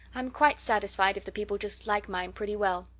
i'm quite satisfied if the people just liked mine pretty well.